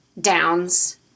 downs